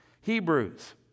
Hebrews